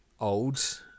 old